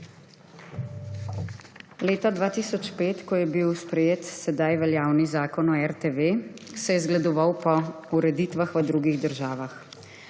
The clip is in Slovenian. Leta 2005, ko je bil sprejet sedaj veljavni zakon o RTV, se je zgledoval po ureditvah v drugih državah.